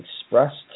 expressed